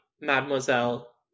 mademoiselle